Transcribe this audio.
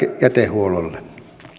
jätehuollolle